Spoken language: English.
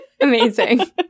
Amazing